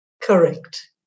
Correct